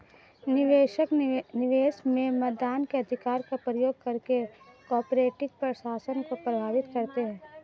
निवेशक, निवेश में मतदान के अधिकार का प्रयोग करके कॉर्पोरेट प्रशासन को प्रभावित करते है